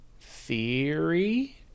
Theory